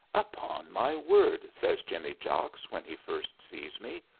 upon my word! says jimmy jocks when he first sees me.